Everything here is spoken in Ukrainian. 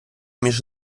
між